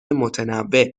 متنوع